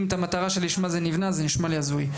את המטרה שלשמה זה נבנה זה נשמע לי הזוי.